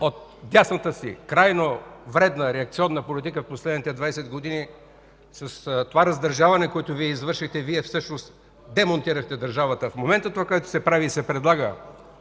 от дясната си, крайно вредна реакционна политика в последните 20 години. С това раздържавяване, което извършихте, Вие всъщност демонтирахте държавата. В момента това, което се прави и се предлага